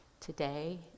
today